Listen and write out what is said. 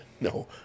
no